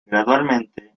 gradualmente